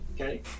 Okay